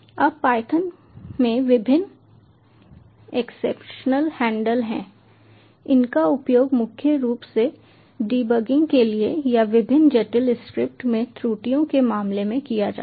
अब पायथन में विभिन्न एक्सेप्शनल हैंडलर हैं इनका उपयोग मुख्य रूप से डिबगिंग के लिए या विभिन्न जटिल स्क्रिप्ट में त्रुटियों के मामले में किया जाता है